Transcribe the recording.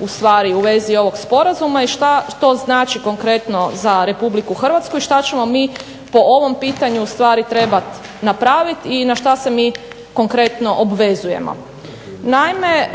ustvari u vezi ovog sporazuma, i šta to znači konkretno za Republiku Hrvatsku, i šta ćemo mi po ovom pitanju ustvari trebati napraviti, i na šta se mi konkretno obvezujemo. Naime,